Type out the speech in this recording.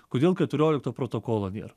kodėl keturiolikto protokolo nėr